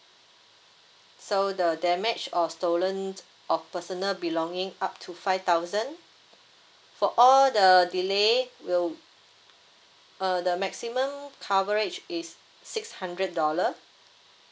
so the damage or stolen of personal belonging up to five thousand for all the delay we'll uh the maximum coverage is six hundred dollar